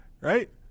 right